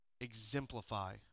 exemplify